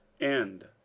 End